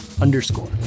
underscore